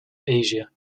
asia